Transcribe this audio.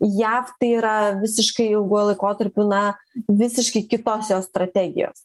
jav tai yra visiškai ilguoju laikotarpiu na visiškai kitos jos strategijos